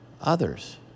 others